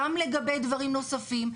גם לגבי דברים נוספים,